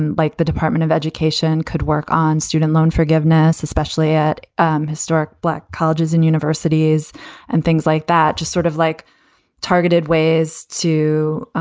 and like the department of education could work on student loan forgiveness, especially at um historic black colleges and universities and things like that, just sort of like targeted ways to